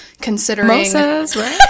considering